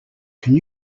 can